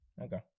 Okay